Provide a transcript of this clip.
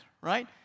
right